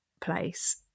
place